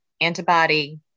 antibody